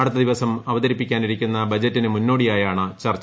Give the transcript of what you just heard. അടുത്തദിവസം അവതരിപ്പിക്കാനിരിക്കുന്ന ബജറ്റിന് മുന്നോടിയായാണ് ചർച്ച